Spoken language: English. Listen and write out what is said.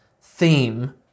theme